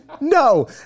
No